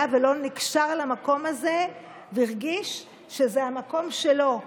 ולא נקשר למקום הזה והרגיש שזה המקום שלו.